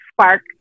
spark